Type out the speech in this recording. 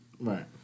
Right